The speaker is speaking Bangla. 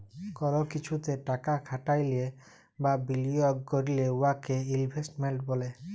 কল কিছুতে টাকা খাটাইলে বা বিলিয়গ ক্যইরলে উয়াকে ইলভেস্টমেল্ট ব্যলে